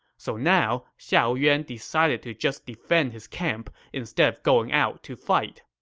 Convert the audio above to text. so now, xiahou yuan decided to just defend his camp instead of going out to fight.